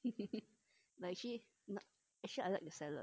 like he actually I like the salad